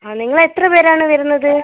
ആ നിങ്ങൾ എത്ര പേരാണ് വരുന്നത്